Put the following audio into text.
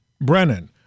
Brennan